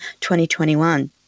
2021